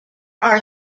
are